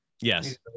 yes